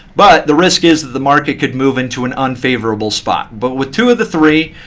but the risk is that the market could move into an unfavorable spot. but with two of the three,